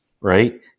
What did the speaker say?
right